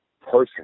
person